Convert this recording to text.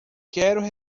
quero